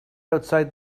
outside